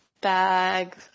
bag